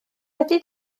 wedi